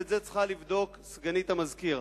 ואת זה צריכה לבדוק סגנית המזכיר.